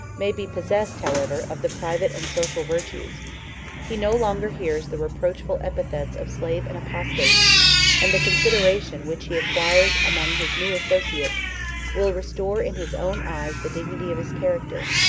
may be possessed, however, of the private and social virtues he no longer hears the reproachful epithets of slave and apostate and the consideration which he acquires among his new associates will restore in his own eyes the dignity of his character.